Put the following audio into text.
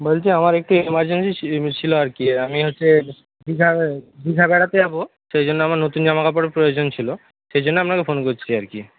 বলছি আমার একটু এমারজেন্সি ছিল আর কি আমি হচ্ছে দীঘা দীঘা বেড়াতে যাব সেই জন্য আমার নতুন জামাকাপড়ের প্রয়োজন ছিল সেই জন্য আপনাকে ফোন করছি আর কি